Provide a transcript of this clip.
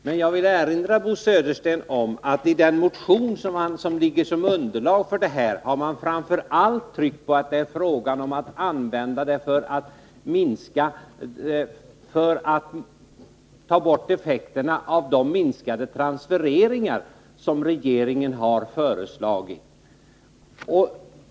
Men jag vill erinra Bo Södersten om att man i den motion som ligger som underlag för detta framför allt tryckt på att det är fråga om att använda höjningen för att ta bort effekterna av de minskade transfereringar som regeringen har föreslagit.